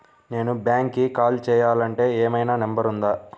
నేను బ్యాంక్కి కాల్ చేయాలంటే ఏమయినా నంబర్ ఉందా?